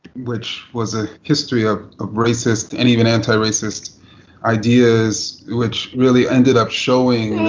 which was a history of racist and even antiracist ideas, which really ended up showing